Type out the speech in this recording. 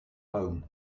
home